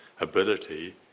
ability